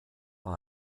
war